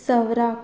सवराक